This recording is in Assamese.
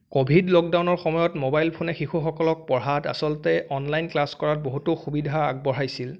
কভিড লকডাউনৰ সময়ত মোবাইলফোনে শিশুসকলক পঢ়াত আচলতে অনলাইন ক্লাছ কৰাত বহুতো সুবিধা আগবঢ়াইছিল